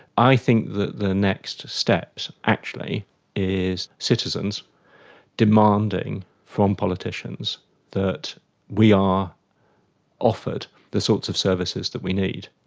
i think that the next steps actually is citizens demanding from politicians that we are offered the sorts of services that we need.